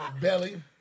Belly